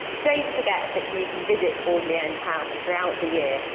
don't forget that you can visit audley end house throughout the year.